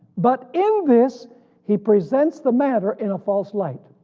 but in this he presents the matter in a false light.